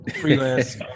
freelance